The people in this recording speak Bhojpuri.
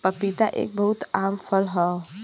पपीता एक बहुत आम फल हौ